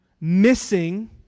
missing